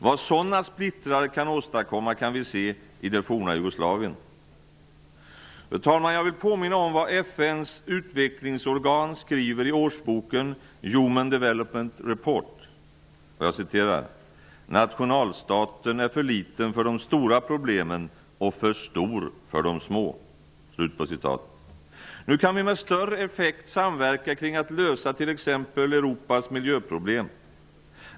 Vad sådana splittringar kan åstadkomma kan vi se i det forna Jag vill påminna om vad FN:s utvecklingsorgan skriver i årsboken Human Development Report: ''Nationalstaten är för liten för de stora problemen och för stor för de små''. Nu kan vi med större effekt samverka kring att lösa t.ex. Europas miljöproblem.